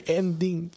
ending